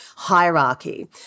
hierarchy